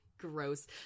gross